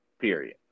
Period